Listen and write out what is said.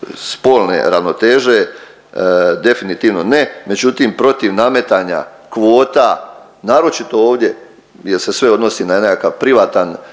spolne ravnoteže, definitivno ne, međutim protiv nametanja kvota naročito ovdje gdje se sve odnosi na nekakav privatan,